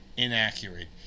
inaccurate